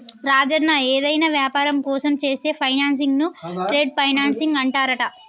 రాజన్న ఏదైనా వ్యాపారం కోసం చేసే ఫైనాన్సింగ్ ను ట్రేడ్ ఫైనాన్సింగ్ అంటారంట